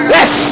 Yes